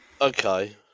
Okay